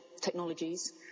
technologies